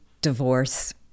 divorce